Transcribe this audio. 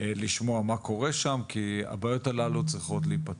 לשמוע מה קורה שם, כי הבעיות הללו צריכות להיפתר.